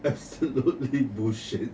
absolutely bullshit